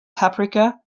paprika